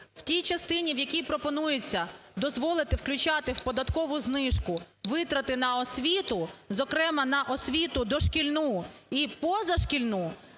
В тій частині, в якій пропонується дозволити включати в податкову знижку витрати на освіту, зокрема на освіту дошкільну і позашкільну,